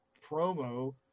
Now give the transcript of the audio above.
promo